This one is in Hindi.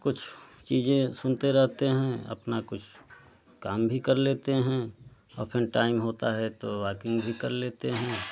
कुछ चीज़ें सुनते रहते हैं अपना कुछ काम भी कर लेते हैं और फ़िर टाइम होता है तो वॉकिंग भी कर लेते हैं